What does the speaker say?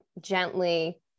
gently